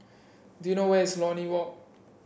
do you know where is Lornie Walk